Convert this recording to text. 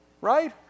Right